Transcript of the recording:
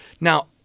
Now